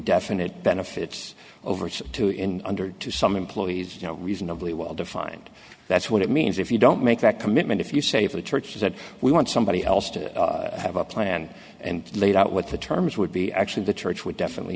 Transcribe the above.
definite benefits over to in under to some employees reasonably well defined that's what it means if you don't make that commitment if you say for the church that we want somebody else to have a plan and laid out what the terms would be actually the church would definitely